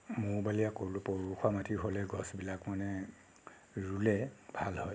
মৌ বালিয়া পলসুৱা মাটি হ'লে গছবিলাক মানে ৰুলে ভাল হয়